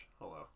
Hello